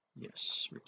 yes